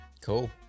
cool